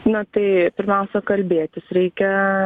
na tai pirmiausia kalbėtis reikia